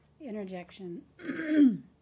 Interjection